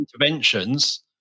interventions